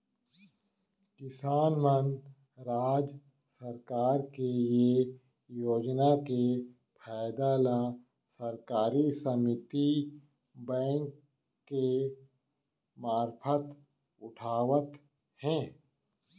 किसान मन राज सरकार के ये योजना के फायदा ल सहकारी समिति बेंक के मारफत उठावत हें